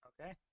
Okay